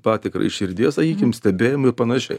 patikrai širdies sakykim stebėjimui ir panašiai